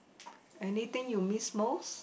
anything you miss most